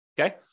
Okay